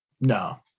no